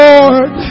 Lord